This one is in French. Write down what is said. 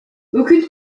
aucune